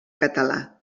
català